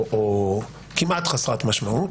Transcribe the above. או כמעט חסרת משמעות,